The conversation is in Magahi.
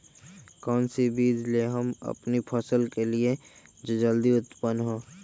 कौन सी बीज ले हम अपनी फसल के लिए जो जल्दी उत्पन हो?